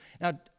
Now